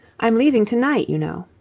i'm leaving to-night, you know.